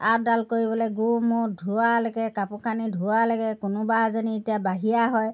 আপডাল কৰিবলৈ গু মূত ধোৱালৈকে কাপোৰ কানি ধোৱালৈকে কোনোবা এজনী এতিয়া বাহিৰা হয়